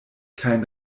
kein